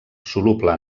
soluble